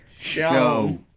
Show